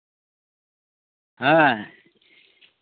ᱦᱮᱸ